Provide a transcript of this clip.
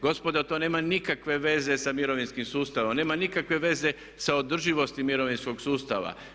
Gospodo, to nema nikakve veze sa mirovinskim sustavom, nema nikakve veze sa održivosti mirovinskog sustava.